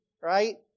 right